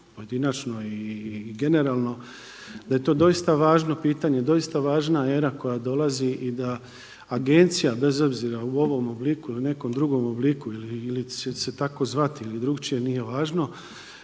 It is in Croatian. pojedinačno i generalno da je to doista važno pitanje, doista važna era koja dolazi i da agencija bez obzira u ovom obliku ili u nekom drugom obliku ili će se tako zvati ili drukčije, nije važno.